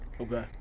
Okay